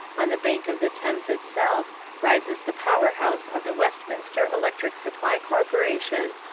on the bank of the thames itself rises the power house of the westminster electric supply corporation,